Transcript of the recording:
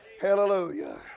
Hallelujah